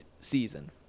season